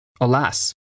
Alas